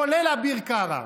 כולל אביר קארה.